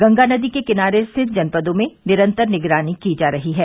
गंगा नदी के किनारे स्थित जनपदों में निरंतर निगरानी की जा रही है